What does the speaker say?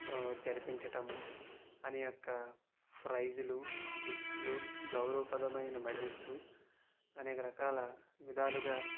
జరిపించటము అని యొక్క ప్రైజులు గిఫ్టులు గౌరవపదమైన మెడల్స్ అనేక రకాల విధాలుగా